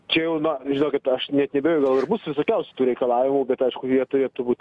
čia jau na žinokit aš net neabejoju gal ir bus visokiausių tų reikalavimų bet aišku jie turėtų būt